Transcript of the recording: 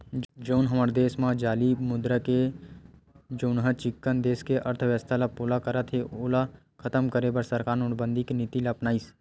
जउन हमर देस म जाली मुद्रा हे जउनहा चिक्कन देस के अर्थबेवस्था ल पोला करत हे ओला खतम करे बर सरकार नोटबंदी के नीति ल अपनाइस